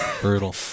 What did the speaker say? Brutal